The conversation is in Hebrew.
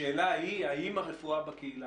השאלה היא האם הרפואה בקהילה,